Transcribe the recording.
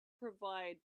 provide